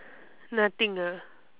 nothing ah